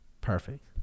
perfect